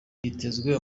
hitezwe